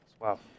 Wow